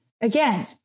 again